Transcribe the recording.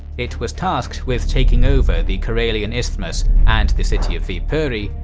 it was tasked with taking over the karelian isthmus and the city of viipuri,